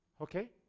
Okay